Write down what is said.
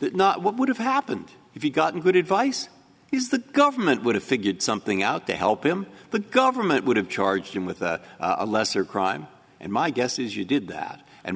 what would have happened if you got good advice he's the government would have figured something out to help him the government would have charged him with a lesser crime and my guess is you did that and